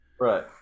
Right